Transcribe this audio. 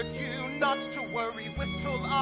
you not to worry, whistle,